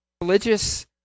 religious